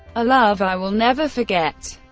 a love i will never forget.